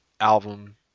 album